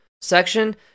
section